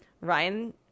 Ryan